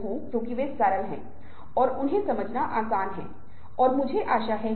अगर आप किसी व्यक्ति से बात कर रहे हैं तो आपके हाथ हिल रहे हैं इन्हें चित्रकार के रूप में जाना जाता है